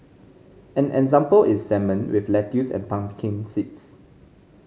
an example is salmon with lettuce and pumpkin seeds